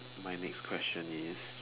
my next question is